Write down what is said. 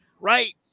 Right